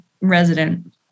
resident